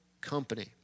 company